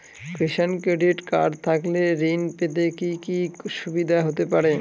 কিষান credit card থাকলে ঋণ পেতে কি কি সুবিধা হতে পারে?